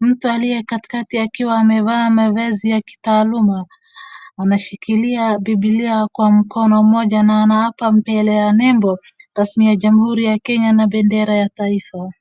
Mtu aliye katikati akiwa amevaa mavazi ya kitaaluma, anashikilia bibilia kwa mkono mmoja na ana apa mpelea nembo, tasmi ya jamhuri ya Kenya na bendera ya taifa.